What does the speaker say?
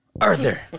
Arthur